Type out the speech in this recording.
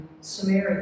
Samaria